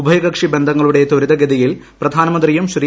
ഉഭയകക്ഷി ബ്ന്ധങ്ങളുടെ ത്വരിതഗതിയിൽ പ്രധാനമന്ത്രിയും ശ്രീ